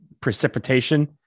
precipitation